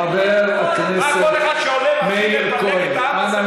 חבר הכנסת מאיר כהן.